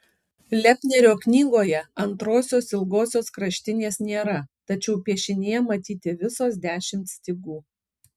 lepnerio knygoje antrosios ilgosios kraštinės nėra tačiau piešinyje matyti visos dešimt stygų